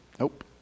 Nope